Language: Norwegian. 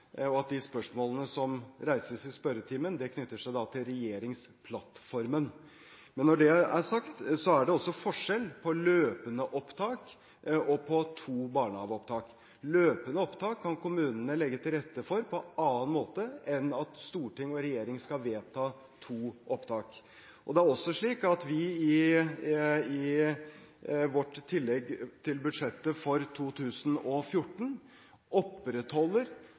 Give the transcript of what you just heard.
og at de spørsmålene som reises i spørretimen, knytter seg til regjeringsplattformen. Men når det er sagt, er det også forskjell på løpende opptak og på to barnehageopptak. Løpende opptak kan kommunene legge til rette for på en annen måte enn ved at storting og regjering skal vedta to opptak. Det er også slik at vi i vårt tillegg til budsjettet for 2014 opprettholder